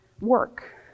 work